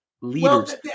leaders